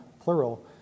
plural